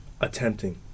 attempting